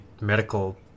medical